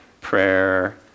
Prayer